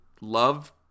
love